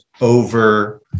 over